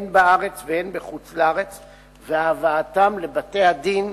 הן בארץ והן בחוץ-לארץ, והבאתם לבתי-הדין